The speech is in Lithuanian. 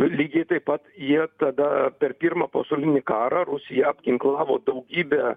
lygiai taip pat jie tada per pirmą pasaulinį karą rusija apginklavo daugybę